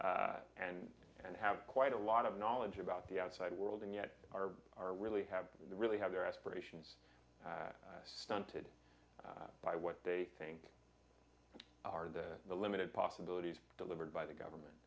stations and and have quite a lot of knowledge about the outside world and yet are are really have really have their aspirations stunted by what they think are the limited possibilities delivered by the government